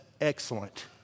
excellent